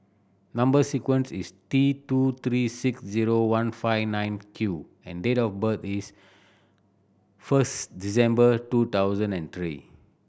number sequence is T two three six zero one five nine Q and date of birth is first December two thousand and three